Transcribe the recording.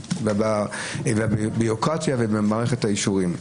בתהליכים ובביורוקרטיה ובמערכת האישורים.